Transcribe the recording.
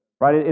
right